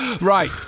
Right